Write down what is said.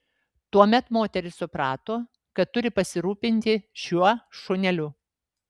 tuomet moteris suprato kad turi pasirūpinti šiuo šuneliu